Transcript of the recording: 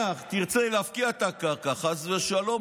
תרצה, נניח, להפקיע את הקרקע, חס ושלום.